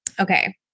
Okay